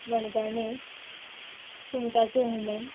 मणगणे सुंगटाचें हुमण